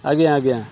ଆଜ୍ଞା ଆଜ୍ଞା